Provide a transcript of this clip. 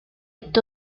est